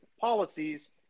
policies